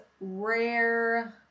rare